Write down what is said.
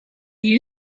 you